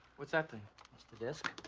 what's that thing? that's the disc.